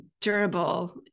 durable